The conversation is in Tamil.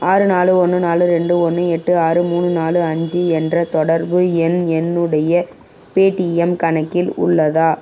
ஆறு நாலு ஒன்று நாலு ரெண்டு ஒன்று எட்டு ஆறு மூணு நாலு அஞ்சு என்ற தொடர்பு எண் என்னுடைய பேடிஎம் கணக்கில் உள்ளதா